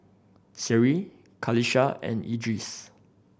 Seri Qalisha and Idris